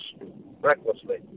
recklessly